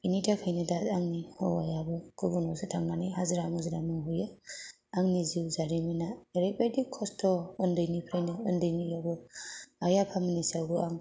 बिनि थाखायनो दा आंनि हौवायाबो गुबुनाआवसो थांनानै हाजिरा मुजिरा मावहैयो आंनि जिउ जारिमिना ओरैबायदि खस्थ' उन्दैनिफ्रायनो उन्दैयावबो आइ आफामोननि सायावबो आं